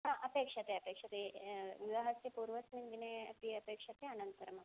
हा अपेक्ष्यते अपेक्ष्यते विवाहस्य पूर्वस्मिन् दिने अपि अपेक्ष्यते अनन्तरमपि